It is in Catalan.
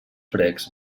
precs